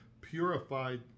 purified